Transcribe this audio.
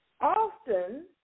Often